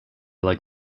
like